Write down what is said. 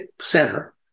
center